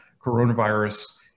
coronavirus